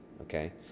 Okay